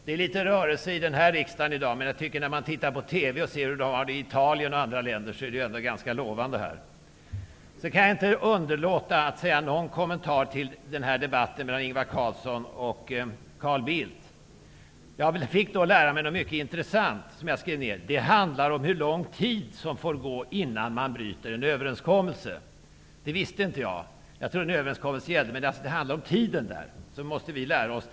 Det är litet rörelse i denna riksdag i dag, men när man ser på TV och jämför med hur man har det i Italien och andra länder är detta ändå ganska lovande. Jag kan inte underlåta att säga någonting om debatten mellan Ingvar Carlsson och Carl Bildt. Jag fick lära mig någonting mycket intressant som jag skrev ned: Det handlar om hur lång tid som får gå innan man bryter en överenskommelse. Det visste inte jag. Jag trodde att en överenskommelse gällde, men det handlar tydligen om tiden. Den finessen måste vi också lära oss.